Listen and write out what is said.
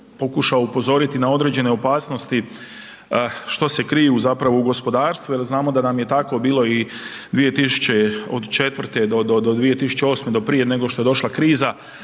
pokušao upozoriti na određene opasnosti što se kriju zapravo u gospodarstvu jel znamo da nam je tako bilo i 2004. do 2008. do prije nego što je došla kriza